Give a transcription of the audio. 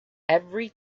every